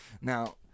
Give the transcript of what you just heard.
Now